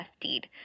deed